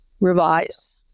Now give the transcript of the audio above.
Revise